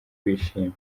bishimye